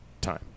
time